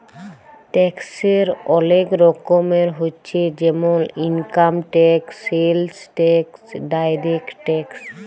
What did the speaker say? ট্যাক্সের ওলেক রকমের হচ্যে জেমল income tax, sales tax, direct tax